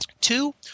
Two